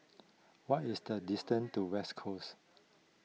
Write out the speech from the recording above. what is the distance to West Coast